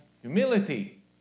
humility